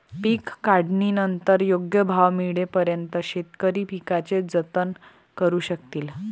पीक काढणीनंतर योग्य भाव मिळेपर्यंत शेतकरी पिकाचे जतन करू शकतील